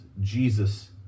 Jesus